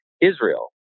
Israel